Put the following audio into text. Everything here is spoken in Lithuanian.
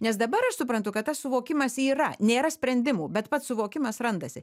nes dabar aš suprantu kad tas suvokimas yra nėra sprendimų bet pats suvokimas randasi